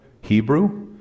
Hebrew